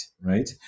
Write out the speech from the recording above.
right